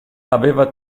aveva